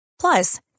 Plus